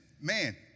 man